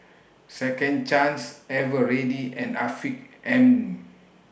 Second Chance Eveready and Afiq M